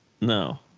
No